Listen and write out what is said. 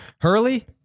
Hurley